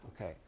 Okay